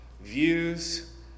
Views